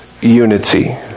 unity